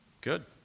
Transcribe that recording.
good